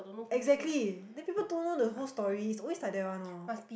exactly then people don't know the whole story it's always like that one loh